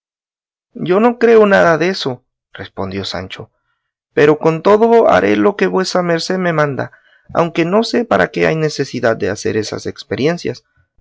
yo no creo nada deso respondió sancho pero con todo haré lo que vuesa merced me manda aunque no sé para qué hay necesidad de hacer esas experiencias